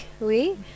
oui